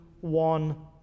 one